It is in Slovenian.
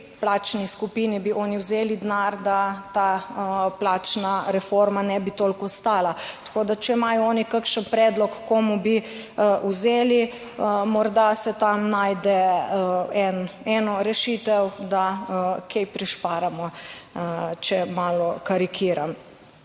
plačni skupini bi oni vzeli denar, da ta plačna reforma ne bi toliko stala. Tako da, če imajo oni kakšen predlog komu bi vzeli, morda se tam najde en, eno rešitev, da kaj prišparamo, če malo karikiram.